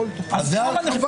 אז גם הנכים.